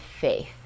faith